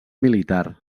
militar